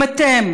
אם אתם